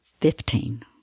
Fifteen